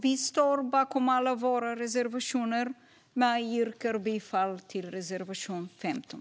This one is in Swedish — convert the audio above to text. Vi står bakom alla våra reservationer, men jag yrkar bifall endast till reservation 15.